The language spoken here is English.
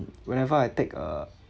whenever I take uh